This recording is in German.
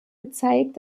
gezeigt